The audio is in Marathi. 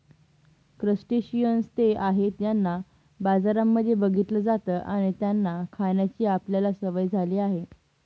क्रस्टेशियंन्स ते आहेत ज्यांना बाजारांमध्ये बघितलं जात आणि त्यांना खाण्याची आपल्याला सवय झाली आहे